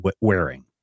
wearing